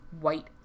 white